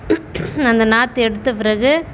அந்த நாற்று எடுத்த பிறகு